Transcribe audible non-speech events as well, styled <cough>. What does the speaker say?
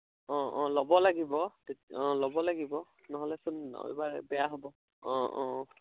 অঁ অঁ ল'ব লাগিব <unintelligible> অঁ ল'ব লাগিব নহ'লেচোন এইবাৰ বেয়া হ'ব অঁ অঁ